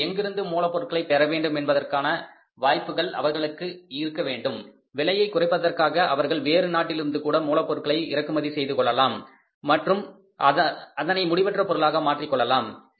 எனவே எங்கிருந்து மூலப்பொருளை பெறவேண்டும் என்பதற்கான வாய்ப்புகள் அவர்களுக்கு இருக்க வேண்டும் விலையை குறைப்பதற்காக அவர்கள் வேறு நாட்டிலிருந்து கூட மூலப் பொருட்களை இறக்குமதி செய்துகொள்ளலாம் மற்றும் அதனை முடிவுற்ற பொருளாக மாற்றிக் கொள்ளலாம்